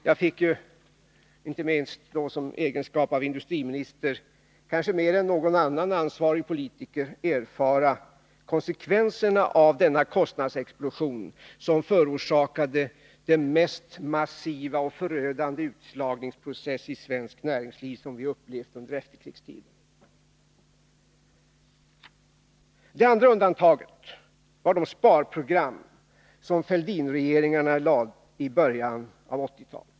Jag fick i egenskap av industriminister kanske mer än någon annan ansvarig politiker erfara konsekvenserna av denna kostnadsexplosion, som förorsakade den mest massiva och förödande utslagningsprocess i svenskt näringsliv som vi upplevt under efterkrigstiden. Det andra undantaget var de sparprogram som Fälldin-regeringarna lade fram i början av 1980-talet.